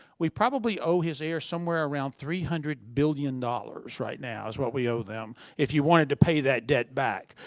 we probably owe his heirs somewhere around three hundred billion dollars right now, is what we owe them. if you wanted to pay that debt back.